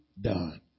done